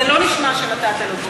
זה לא נשמע שנתת לו גיבוי.